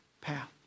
path